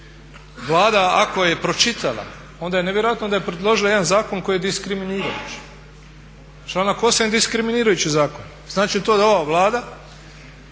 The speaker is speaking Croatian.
Vlada ako je pročitala onda je nevjerojatno da je predložila jedan zakon koji je diskriminirajući. Članak 8. je diskriminirajući zakon. Znači li to da ova Vlada